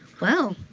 well,